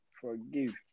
Forgive